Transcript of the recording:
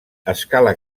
escala